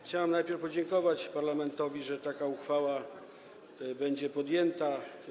Chciałbym najpierw podziękować parlamentowi, że taka uchwała będzie podjęta.